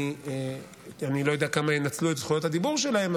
אני לא יודע כמה ינצלו את זכויות הדיבור שלהם,